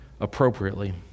appropriately